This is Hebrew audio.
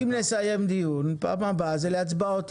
אמרתי, אם נסיים דיון, פעם הבאה תהיינה הצבעות.